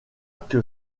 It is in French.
que